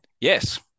Yes